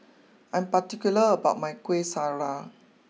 I'm particular about my Kuih Syara